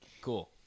cool